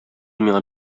миңа